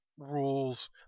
rules